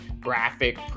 graphic